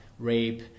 rape